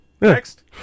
Next